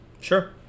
Sure